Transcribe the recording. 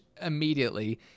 immediately